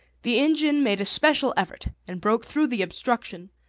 the engine made a special effort and broke through the obstruction,